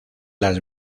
las